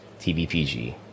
TVPG